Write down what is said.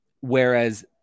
whereas